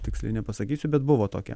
tiksliai nepasakysiu bet buvo tokia